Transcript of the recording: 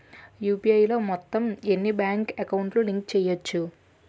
UPI లో మొత్తం ఎన్ని బ్యాంక్ అకౌంట్ లు లింక్ చేయచ్చు?